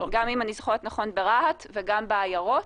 גם אם אני זוכרת נכון ברהט, וגם בעיירות,